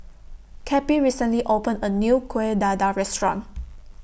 Cappie recently opened A New Kuih Dadar Restaurant